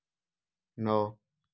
नौ